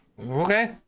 Okay